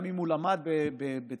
לגליל, גם אם הוא למד רפואה בצפת,